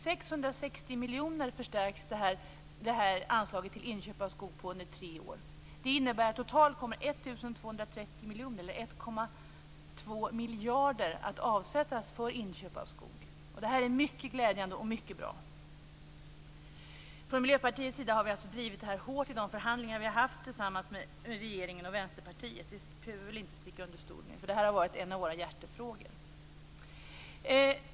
660 miljoner förstärks anslaget till inköp av skog med under tre år. Det innebär att totalt kommer 1 230 miljoner eller 1,2 miljarder att avsättas för inköp av skog. Det är mycket glädjande och mycket bra. Från Miljöpartiets sida har vi alltså drivit det här hårt i de förhandlingar vi har fört med regeringen och Vänsterpartiet - det behöver vi väl inte sticka under stol med; det här har varit en av våra hjärtefrågor.